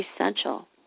essential